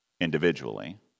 individually